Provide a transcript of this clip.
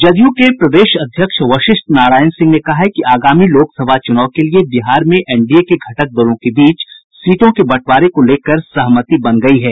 जदयू के प्रदेश अध्यक्ष वशिष्ठ नारायण सिंह ने कहा है कि आगामी लोकसभा चुनाव के लिए बिहार में एनडीए के घटक दलों के बीच सीटों के बंटवारे को लेकर सहमति बन गयी है